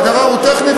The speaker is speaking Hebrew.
והדבר הוא טכני,